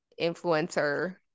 influencer